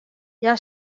hja